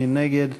מי נגד?